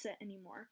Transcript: anymore